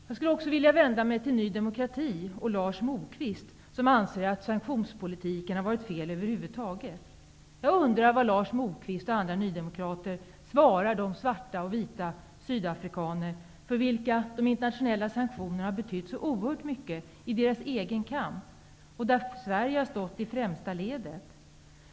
Jag vill vända mig till Ny demokrati och Lars Moquist, som anser att sanktionspolitiken har varit felaktig över huvud taget. Vad har Lars Moquist och andra nydemokrater att säga till de vita och svarta sydafrikaner, för vilka de internationella sanktionerna har betytt så oerhört mycket för deras egen kamp, och där Sverige har stått i främsta ledet?